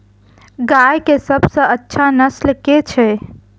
गाय केँ सबसँ अच्छा नस्ल केँ छैय?